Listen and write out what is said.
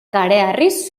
kareharriz